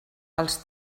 als